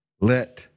Let